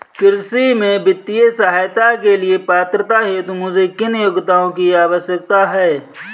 कृषि में वित्तीय सहायता के लिए पात्रता हेतु मुझे किन योग्यताओं की आवश्यकता है?